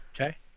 Okay